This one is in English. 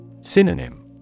Synonym